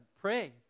pray